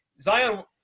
Zion